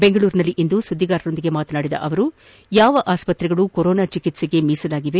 ಬೆಂಗಳೂರಿನಲ್ಲಿಂದು ಸುದ್ದಿಗಾರರೊಂದಿಗೆ ಮಾತನಾಡಿದ ಅವರು ಯಾವ ಆಸ್ತಕ್ರೆಗಳು ಕೊರೊನಾ ಚಿಕಿಸ್ಸೆಗೆ ಮೀಸಲಾಗಿದೆ